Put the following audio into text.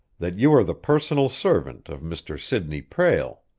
that you are the personal servant of mr. sidney prale.